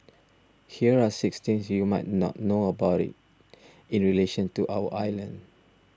here are six things you might not know about it in relation to our island